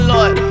Lord